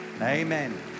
Amen